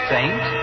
Saint